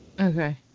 Okay